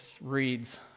reads